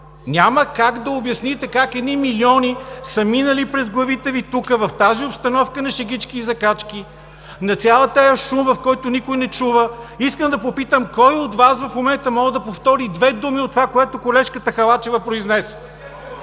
Няма как да обясните как едни милиони са минали през главите Ви тук, в тази обстановка на шегички и закачки, на целия шум, в който никой не чува. Искам да попитам кой от Вас в момента може да повтори две думи от това, което колежката Халачева произнесе?